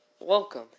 welcome